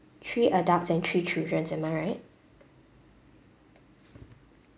three adults and three children's am I right